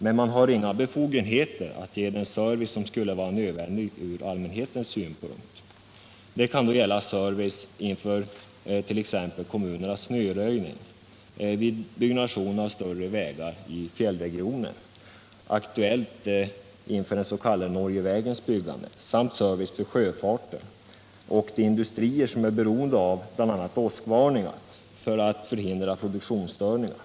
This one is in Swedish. Men man har inga befogenheter att ge den service som skulle vara nödvändig från allmänhetens synpunkt. Det kan gälla service inför t.ex. kommunernas snöröjning vid byggnation av större vägar i fjällregionen, aktuellt inför en s.k. Norgevägs byggande, samt service till sjöfarten och till industrier som är beroende av bl.a. åskvarningar för att förhindra produktionsstörningar.